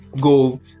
go